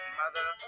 mother